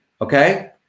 okay